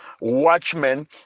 watchmen